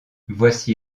voici